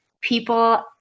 people